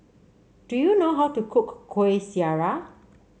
do you know how to cook Kuih Syara